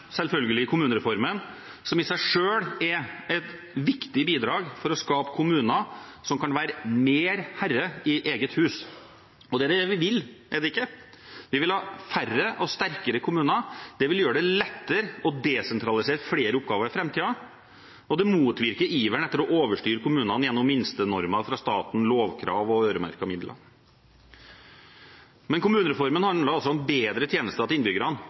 selvfølgelig kommunereformen, som i seg selv er et viktig bidrag for å skape kommuner som kan være mer herre i eget hus. Det er det vi vil, er det ikke? Vi vil ha færre og sterkere kommuner. Det vil gjøre det lettere å desentralisere flere oppgaver i framtiden, og det motvirker iveren etter å overstyre kommunene gjennom minstenormer fra staten, lovkrav og øremerkede midler. Kommunereformen handler altså om bedre tjenester til innbyggerne,